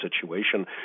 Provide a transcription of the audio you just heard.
situation